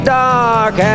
dark